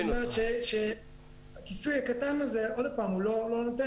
כלומר, הכיסוי הקטן הזה לא נותן.